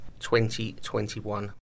2021